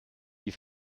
die